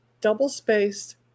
double-spaced